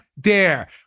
dare